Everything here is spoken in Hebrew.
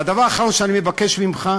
והדבר האחרון שאני מבקש ממך,